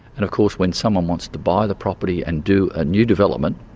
and of course when someone wants to buy the property and do a new development,